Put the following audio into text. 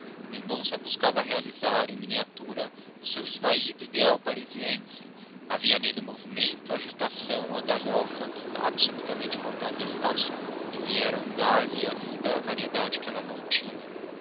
mendonça buscava realizar em miniatura o seu esvaído ideal parisiense havia nele o movimento a agitação a galhofa que absolutamente faltavam a estácio e vieram dar-lhe à vida a variedade que ela não tinha